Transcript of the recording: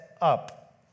up